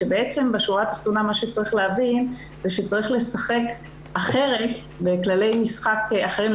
כאשר בשורה התחתונה צריך להבין שצריך לשחק אחרת בכללי משחק אחרים,